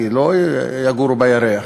כי לא יגורו בירח,